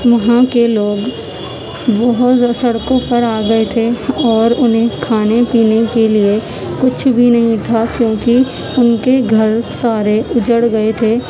وہاں کے لوگ بہت زیادہ سڑکوں پر آ گیے تھے اور انہیں کھانے پینے کے لیے کچھ بھی نہیں تھا کیونکہ ان کے گھر سارے اجڑ گیے تھے